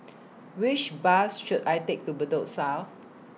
Which Bus should I Take to Bedok South